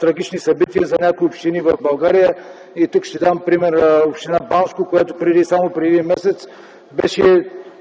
трагични събития за някои общини в България – тук ще дам пример с община Банско, която само преди един месец